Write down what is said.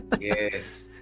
yes